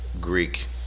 Greek